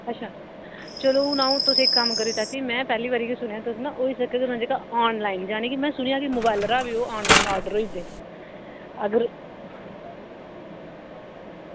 अच्छा चलो हून अं'ऊ तुस इक कम्म करेओ चाची में पैह्ली बारी गै सुनेआ तुस ना होई सकग जेह्का आनलाइन जानि कि सुनेआ कि मोबाइल परा बी ओह् आनलाइन आर्डर होई जंदे अगर